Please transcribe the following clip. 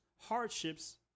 hardships